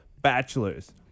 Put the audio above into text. bachelors